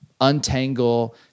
untangle